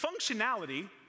Functionality